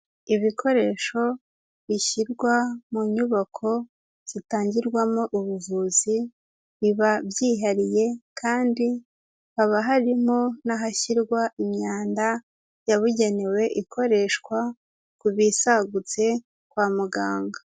Ibikoresho bishyirwa mu nyubako zitangirwamo ubuvuzi, biba byihariye, kandi haba harimo n'ahashyirwa imyanda yabugenewe, ikoreshwa ku bisagutse kwa muganga.